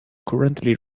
currently